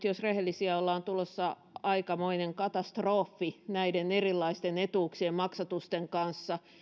jos rehellisiä ollaan tulossa aikamoinen katastrofi näiden erilaisten etuuksien maksatusten kanssa